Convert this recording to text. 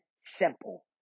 simple